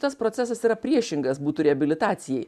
tas procesas yra priešingas būtų reabilitacijai